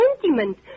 sentiment